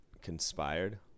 conspired